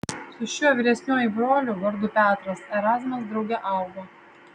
su šiuo vyresniuoju broliu vardu petras erazmas drauge augo